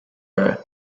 her